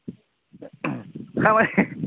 खामानि